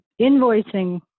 invoicing